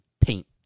paint